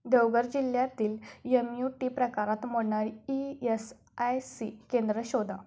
देवगर जिल्ह्यातील M U T प्रकारात मोडणारी ई एस आय सी केंद्रं शोधा